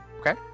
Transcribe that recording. okay